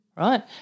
right